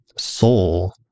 soul